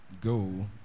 go